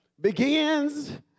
begins